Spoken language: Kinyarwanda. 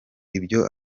ibyo